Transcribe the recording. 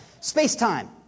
space-time